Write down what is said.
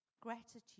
gratitude